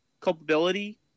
culpability